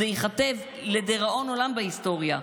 זה ייכתב לדיראון עולם בהיסטוריה,